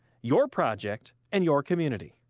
your project and your community.